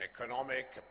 economic